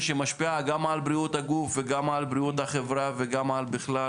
שמשפיעה גם על בריאות הגוף וגם על בריאות החברה וגם בכלל